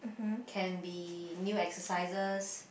can be new exercises